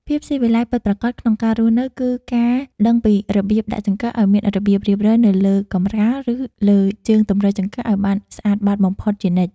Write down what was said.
ភាពស៊ីវិល័យពិតប្រាកដក្នុងការរស់នៅគឺការដឹងពីរបៀបដាក់ចង្កឹះឱ្យមានរបៀបរៀបរយនៅលើកម្រាល ឬ លើជើងទម្រចង្កឹះឱ្យបានស្អាតបាតបំផុតជានិច្ច។